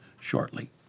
shortly